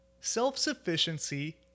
self-sufficiency